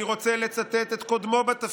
אני רוצה לצטט את קודמו בתפקיד,